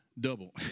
Double